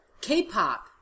K-pop